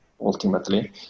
ultimately